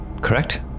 correct